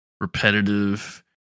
repetitive